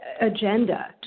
agenda